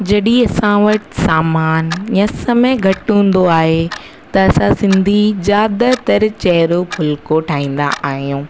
जॾहिं असां वटि सामान या समय घटि हूंदो आहे त असां सिंधी ज्यादातर चेरो फुलको ठाहींदा आहियूं